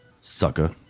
sucker